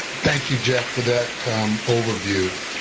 thank you, jeff, for that um overview.